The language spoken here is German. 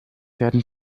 werden